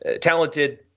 talented